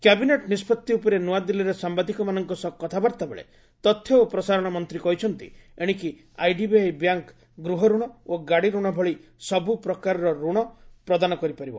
cabinet ନିଷ୍କଭି ଉପରେ ନ୍ନଆଦିଲ୍ଲୀରେ ସାମ୍ଭାଦିକମାନଙ୍କ ସହ କଥାବାର୍ତ୍ତା ବେଳେ ତଥ୍ୟ ଓ ପ୍ରସାରଣ ମନ୍ତ୍ରୀ କହିଛନ୍ତି ଏଣିକି ଆଇଡିବିଆଇ ବ୍ୟାଙ୍କ୍ ଗୃହରଣ ଓ ଗାଡ଼ି ରଣ ଭଳି ସବୁ ପ୍ରକାରର ଋଣ ପ୍ରଦାନ କରିପାରିବ